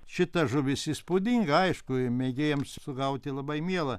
šita žuvis įspūdinga aišku mėgėjams sugauti labai miela